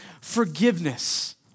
forgiveness